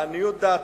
לעניות דעתי,